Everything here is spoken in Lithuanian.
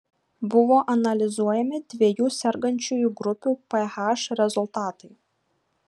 buvo analizuojami dviejų sergančiųjų grupių ph rezultatai